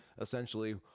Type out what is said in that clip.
essentially